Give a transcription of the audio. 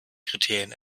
kriterien